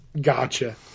Gotcha